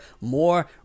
more